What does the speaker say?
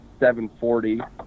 740